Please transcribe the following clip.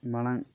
ᱢᱟᱲᱟᱝ